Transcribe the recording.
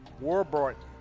Warburton